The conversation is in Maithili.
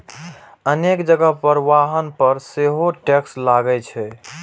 अनेक जगह पर वाहन पर सेहो टैक्स लागै छै